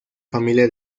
familia